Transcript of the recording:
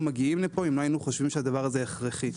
מגיים לפה אילולא חשבנו שהדבר הזה הכרחי.